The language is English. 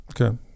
okay